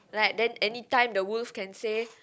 like then anytime the wolf can say